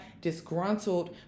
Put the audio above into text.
disgruntled